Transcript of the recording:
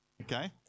okay